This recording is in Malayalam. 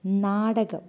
നാടകം